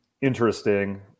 interesting